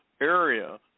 area